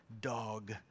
dog